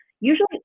usually